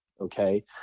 Okay